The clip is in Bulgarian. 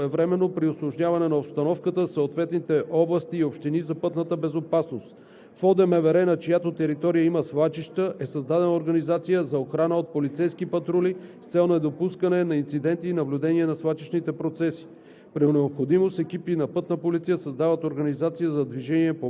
Националният координационен център за движение по пътищата докладва своевременно в съответните области и общини за пътната безопасност. В ОДМВР, на чиято територия има свлачища, е създадена организация за охрана от полицейски патрули с цел недопускане на инциденти и наблюдение на свлачищните процеси.